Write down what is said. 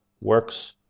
works